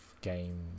game